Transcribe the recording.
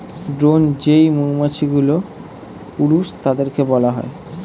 drone যেই মৌমাছিগুলো, পুরুষ তাদেরকে বলা হয়